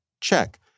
Check